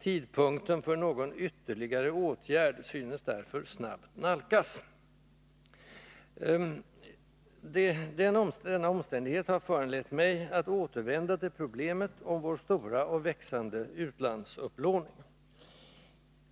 Tidpunkten för någon ”ytterligare åtgärd” synes därför snabbt nalkas. Denna omständighet har föranlett mig att återvända till problemet med vår stora och växande utlandsupplåning.